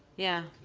yeah.